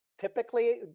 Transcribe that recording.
Typically